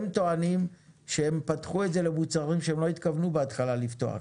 הם טוענים שהם פתחו את זה למוצרים שהם לא התכוונו בהתחלה לפתוח.